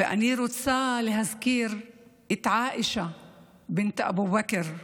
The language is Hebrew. ואני רוצה להזכיר את עאישה בינת אבו-בכרף,